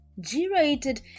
g-rated